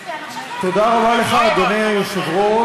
תודה רבה לך, אדוני היושב-ראש.